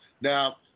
Now